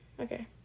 okay